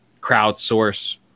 crowdsource